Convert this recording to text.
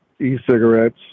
e-cigarettes